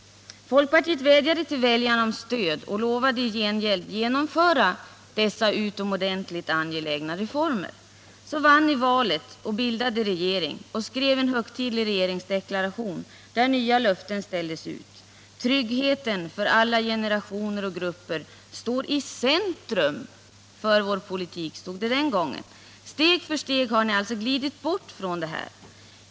Folkpartiet vädjade till väljarna om stöd och lovade i gengäld genomföra dessa utomordentligt angelägna reformer. Så vann ni valet och bildade regering och skrev en högtidlig regeringsdeklaration där nya löften ställdes ut: ”Tryggheten för alla generationer och grupper står i centrum för vår politik.” Steg för steg har ni alltså glidit bort från detta.